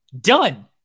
Done